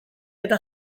eta